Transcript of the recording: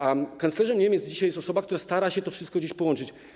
A kanclerzem Niemiec dzisiaj jest osoba, która stara się to wszystko połączyć.